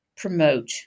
Promote